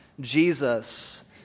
Jesus